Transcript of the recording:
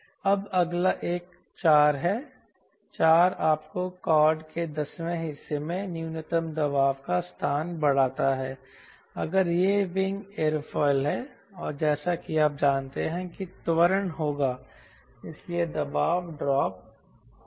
अब अगला एक 4 है 4 आपको कॉर्ड के दसवें हिस्से में न्यूनतम दबाव का स्थान बताता है अगर यह विंग एयरफॉइल है और जैसा कि आप जानते हैं कि त्वरण होगा इसलिए दबाव ड्रॉप होगा